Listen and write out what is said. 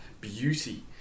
beauty